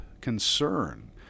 concern